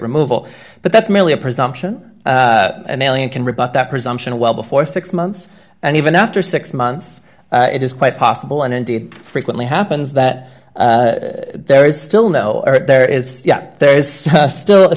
removal but that's merely a presumption an alien can rebut that presumption well before six months and even after six months it is quite possible and indeed frequently happens that there is still no there is yet there is still a